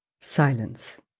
silence